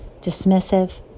dismissive